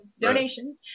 donations